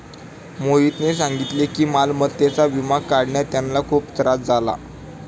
मोहितने सांगितले की मालमत्तेचा विमा काढण्यात त्यांना खूप त्रास झाला